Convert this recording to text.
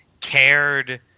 cared